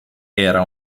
era